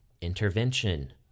intervention